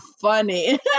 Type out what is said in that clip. funny